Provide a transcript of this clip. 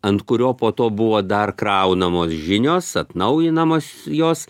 ant kurio po to buvo dar kraunamos žinios atnaujinamos jos